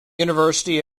university